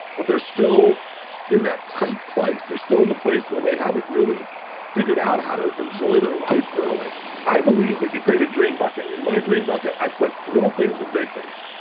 but they're still in that tight place. they're still in the place where they haven't really figured out how to enjoy their life thoroughly i believe that you create a dream bucket. in my dream bucket, i put little things and big things.